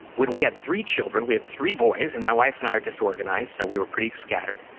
when we had three children, we had three boys, and my wife and i are disorganized, so we were pretty scattered.